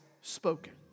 spoken